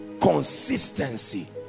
consistency